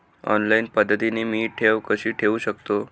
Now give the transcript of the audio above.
Online पद्धतीने मी ठेव कशी ठेवू शकतो?